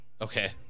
Okay